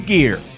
Gear